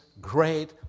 great